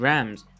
Rams